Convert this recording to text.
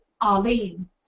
Arlene